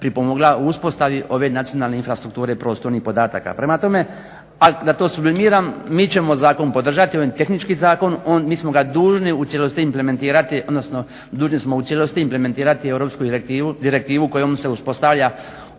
pripomogla u uspostavi ove nacionalne infrastrukture prostornih podataka. Prema tome da to sublimiram, mi ćemo zakon podržati, ovo je tehnički zakon, mi smo ga dužni u cijelosti implementirati, odnosno dužni smo u cijelosti implementirati europsku direktivu kojom se uspostavlja